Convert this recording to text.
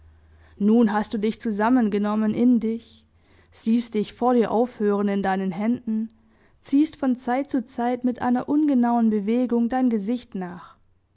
nun hast du dich zusammengenommen in dich siehst dich vor dir aufhören in deinen händen ziehst von zeit zu zeit mit einer ungenauen bewegung dein gesicht nach